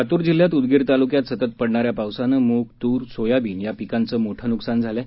लातूर जिल्ह्यात उदगीर तालुक्यात सतत पडणाऱ्या पावसानं मुग तुर सोयाबीन पीकाचं मोठ नुकसान झालं आहे